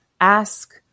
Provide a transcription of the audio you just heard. ask